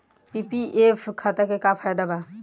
PPF खाता के का फायदा बा?